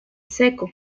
seco